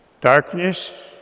Darkness